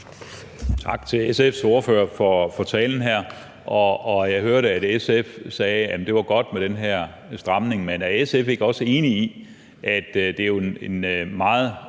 Tak til SF's ordfører for talen her. Jeg hørte, at SF sagde, at det var godt med den her stramning. Men er SF ikke også enig i, at det jo i